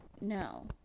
no